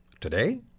Today